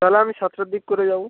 তাহলে আমি সাতটার দিক করে যাবো